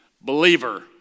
believer